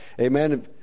Amen